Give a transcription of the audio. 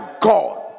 God